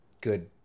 good